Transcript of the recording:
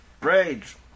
Rage